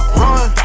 run